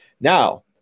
Now